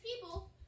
people